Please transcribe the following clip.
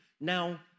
now